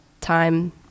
time